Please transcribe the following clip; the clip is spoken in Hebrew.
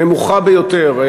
נמוכה ביותר.